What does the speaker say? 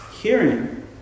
Hearing